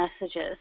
messages